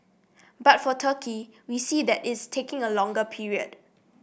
but for Turkey we see that is taking a longer period